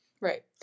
right